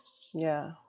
yeah